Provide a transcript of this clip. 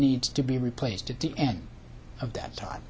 needs to be replaced at the end of that time